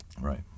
Right